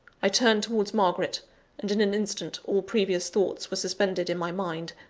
i turned towards margaret and, in an instant, all previous thoughts were suspended in my mind,